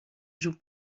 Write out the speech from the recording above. joue